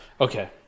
okay